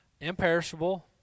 Imperishable